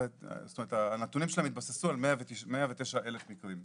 הנתונים שלהם התבססו על 109,000 מקרים.